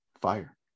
Fire